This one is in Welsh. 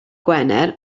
gwener